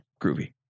groovy